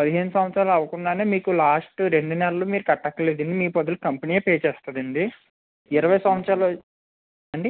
పదిహేను సంవత్సరాలు అవకుండానే మీకు లాస్ట్ రెండు నెలలు మీరు కట్టనక్కరలేదు అండి మీ బదులు కంపెనీయే పే చేస్తుంది అండి ఇరవై సంవత్సరాలు అండి